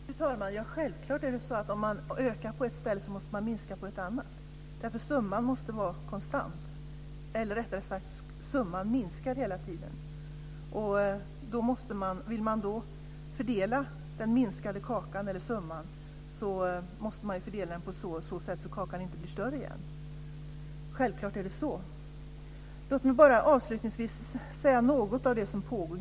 Fru talman! Självklart är det så att man, om man ökar på ett ställe, måste minska på ett annat; summan måste vara konstant - eller rättare sagt: Summan minskar hela tiden. Vill man då fördela den minskade kakan måste man fördela så att kakan inte blir större igen. Avslutningsvis skulle jag vilja säga några ord om vad som pågår.